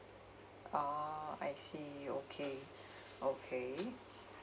uh I see okay okay